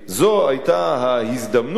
זו היתה ההזדמנות,